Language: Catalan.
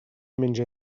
menja